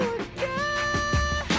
again